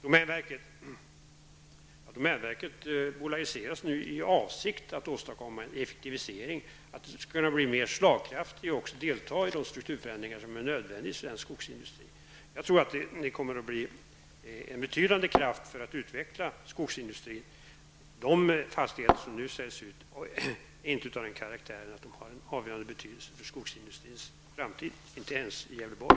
Domänverket bolagiseras nu i avsikt att man skall åstadkomma en effektivisering så att det skall bli mer slagkraftigt och delta i de strukturförändringar som är nödvändiga i svensk skogsindustri. Jag tror att det kommer att bli en betydande kraft för att utveckla skogsindustrin. De fastigheter som nu säljs ut är inte av den karaktären att de har en avgörande betydelse för skogsindustrins framtid, inte ens i Gävleborg.